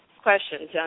questions